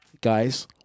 Guys